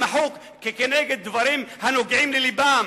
הם מחו נגד דברים הנוגעים ללבם,